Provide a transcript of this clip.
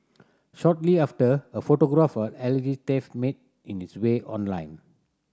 shortly after a photograph of alleged thief made its way online